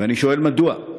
ואני שואל מדוע.